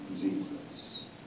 Jesus